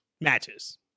matches